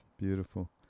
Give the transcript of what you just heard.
Beautiful